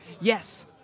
Yes